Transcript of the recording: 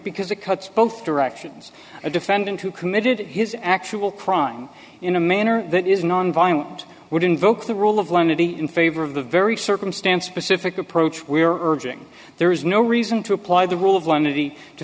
because it cuts both directions a defendant who committed his actual crime in a manner that is nonviolent would invoke the rule of law in favor of the very circumstance specific approach we are urging there is no reason to apply the rule of